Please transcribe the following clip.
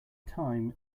time